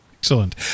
Excellent